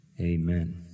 amen